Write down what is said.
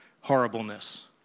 horribleness